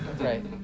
right